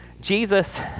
Jesus